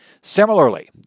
Similarly